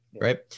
right